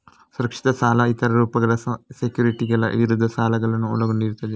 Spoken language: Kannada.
ಸುರಕ್ಷಿತ ಸಾಲಗಳ ಇತರ ರೂಪಗಳು ಸೆಕ್ಯುರಿಟಿಗಳ ವಿರುದ್ಧ ಸಾಲಗಳನ್ನು ಒಳಗೊಂಡಿರುತ್ತವೆ